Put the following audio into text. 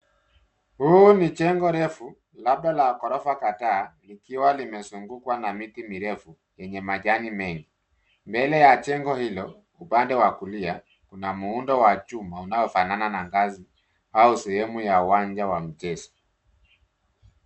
Huu ni jengo refu, labda la ghorofa kadhaa, likiwa limezungukwa na miti mirefu, yenye majani mengi. Mbele ya jengo hilo, upande wa kulia, kuna muundo wa chuma, unaofanana na ngazi, au sehemu ya uwanja wa mchezo.